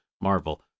Marvel